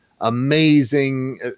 amazing